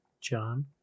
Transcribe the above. John